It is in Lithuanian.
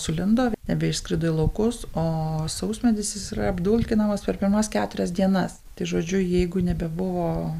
sulindo nebeišskrido į laukus o sausmedis jis yra apdulkinamas per pirmas keturias dienas tai žodžiu jeigu nebebuvo